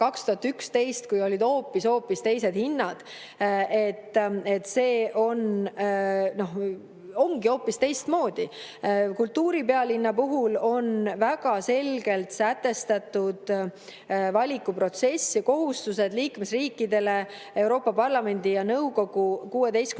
kui olid hoopis-hoopis teised hinnad. See ongi hoopis teistmoodi. Kultuuripealinna puhul on väga selgelt sätestatud valikuprotsess ja kohustused liikmesriikidele Euroopa Parlamendi ja nõukogu 16.